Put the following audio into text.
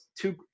two